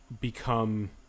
become